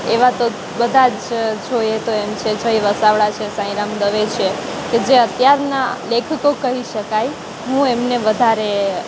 એવા તો બધા જ જોઈએ તો એમ છે જય વસાવડા છે સાંઈરામ દવે છે કે જે અત્યારના લેખકો કહી શકાય હું એમને વધારે